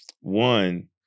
one